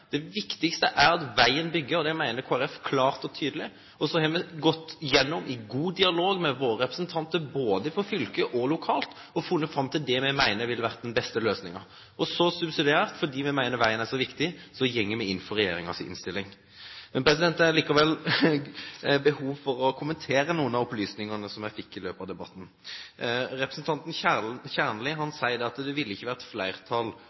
Det viktigste er at veien blir bygd, det mener Kristelig Folkeparti klart og tydelig, og så har vi gått igjennom saken, i god dialog med våre representanter, både fra fylket og lokalt og funnet fram til det vi mener vil være den beste løsningen. Og så, fordi vi mener veien er så viktig, går vi subsidiært inn for regjeringens innstilling. Men det er likevel behov for å kommentere noen av opplysningene som jeg fikk i løpet av debatten. Representanten Kjernli sier at det ikke ville vært flertall